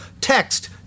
text